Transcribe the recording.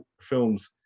films